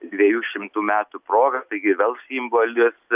dviejų šimtų metų proga taigi vėl simbolis